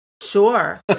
Sure